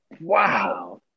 Wow